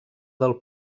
del